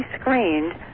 screened